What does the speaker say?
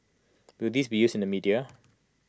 will this be used in the media